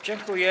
Dziękuję.